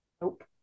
Nope